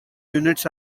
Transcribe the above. units